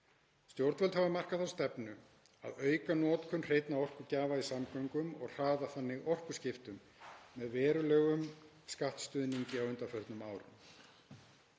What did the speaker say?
Stjórnvöld hafa markað þá stefnu að auka notkun hreinna orkugjafa í samgöngum og hraða þannig orkuskiptum, m.a. með verulegum skattstuðningi undanfarin ár.